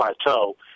plateau